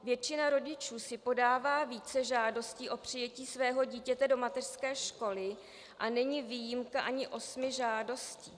Většina rodičů si podává více žádostí o přijetí svého dítěte do mateřské školy a není ani výjimka osmi žádostí.